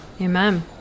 Amen